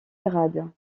grade